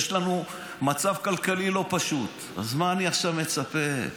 יש לנו מצב כלכלי לא פשוט, אז מה אני מצפה עכשיו?